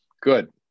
Good